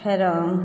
फेर